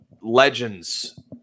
legends